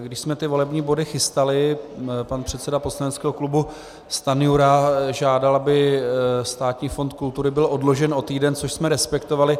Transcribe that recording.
Když jsme ty volební body chystali, pan předseda poslaneckého klubu Stanjura žádal, aby Státní fond kultury byl odložen o týden, což jsme respektovali.